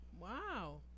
Wow